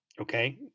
Okay